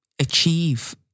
achieve